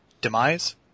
Demise